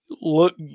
look